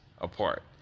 apart